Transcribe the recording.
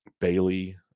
Bailey